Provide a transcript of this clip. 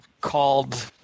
called